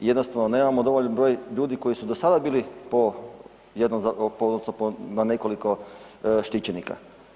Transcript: Jednostavno nemamo dovoljan broj ljudi koji su do sada bili po odnosno na nekoliko štićenika.